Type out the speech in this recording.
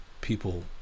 people